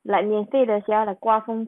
like 免费的小小的刮风